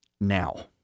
now